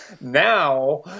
Now